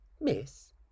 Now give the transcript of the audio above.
Miss